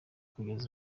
kugeza